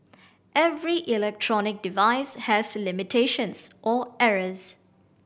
every electronic device has limitations or errors